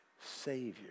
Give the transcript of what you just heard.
Savior